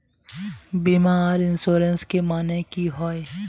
बीमा आर इंश्योरेंस के माने की होय?